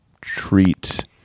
treat